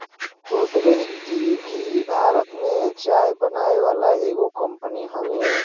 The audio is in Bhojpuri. गोदरेज टी भी भारत में चाय बनावे वाला एगो कंपनी हवे